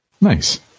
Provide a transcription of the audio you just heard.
nice